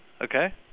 Okay